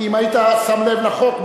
כי אם היית שם לב לחוק,